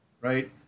Right